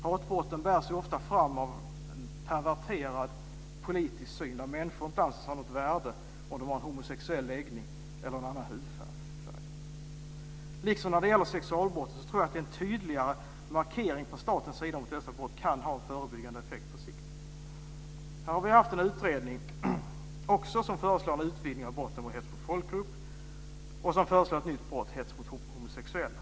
Hatbrotten bärs ofta fram av en perverterad politisk syn, där människor inte alls har något värde om de har en homosexuell läggning eller en annan hudfärg. Liksom när det gäller sexualbrott tror jag att en tydligare markering från statens sida mot dessa brott kan ha en förebyggande effekt. Här har en utredning också föreslagit en utvidgning av brottet hets mot folkgrupp och det nya brottsbegreppet hets mot homosexuella.